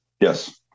Yes